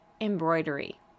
embroidery